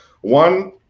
one